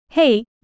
Hey